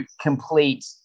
complete